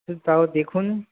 তাও দেখুন